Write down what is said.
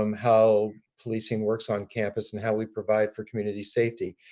um how policing works on campus and how we provide for community safety.